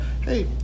hey